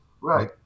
Right